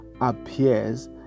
appears